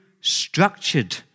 structured